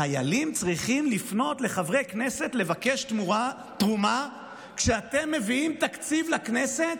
חיילים צריכים לפנות לחברי כנסת לבקש תרומה כשאתם מביאים תקציב לכנסת,